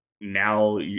now